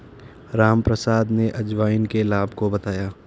रामप्रसाद ने अजवाइन के लाभ को बताया